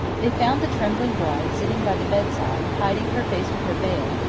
they found the trembling bride sitting by the bedside, hiding her face with her veil,